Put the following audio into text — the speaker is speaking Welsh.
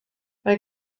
mae